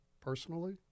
personally